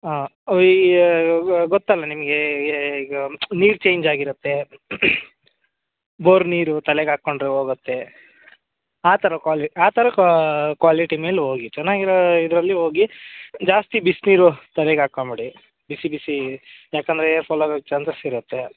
ಹಾಂ ಈ ಗೊತ್ತಲ್ವ ನಿಮಗೆ ಈಗ ನೀರು ಚೇಂಜಾಗಿರುತ್ತೆ ಬೋರ್ ನೀರು ತಲೆಗೆ ಹಾಕ್ಕೊಂಡ್ರೆ ಹೋಗತ್ತೆ ಆ ಥರ ಕ್ವಾಲಿ ಆ ಥರ ಕ್ವಾಲಿಟಿ ಮೇಲೆ ಹೋಗಿ ಚೆನ್ನಾಗಿರೋ ಇದರಲ್ಲಿ ಹೋಗಿ ಜಾಸ್ತಿ ಬಿಸಿನೀರು ತಲೆಗೆ ಹಾಕ್ಕೊಂಬೇಡಿ ಬಿಸಿ ಬಿಸಿ ಏಕಂದ್ರೆ ಏರ್ಫಾಲ್ ಆಗೋ ಚಾನ್ಸಸ್ ಇರುತ್ತೆ